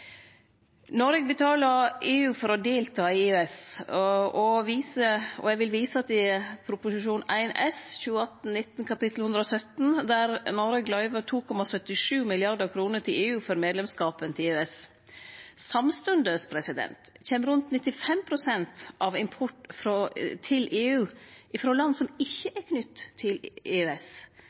Noreg betaler EU for å delta i EØS, og eg vil vise til Prop. 1 S for 2018–2019, kap. 117, der Noreg løyver 2,77 mrd. kr til EU for medlemskapen i EØS. Samstundes kjem rundt 95 pst. av importen til EU frå land som ikkje er knytte til EØS,